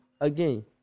again